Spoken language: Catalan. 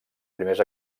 primers